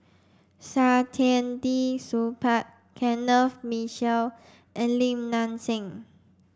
Saktiandi Supaat Kenneth Mitchell and Lim Nang Seng